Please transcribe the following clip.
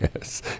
Yes